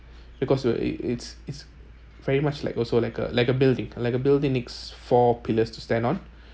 because uh i~ it's it's very much like also like a like a building like a building needs four pillars to stand on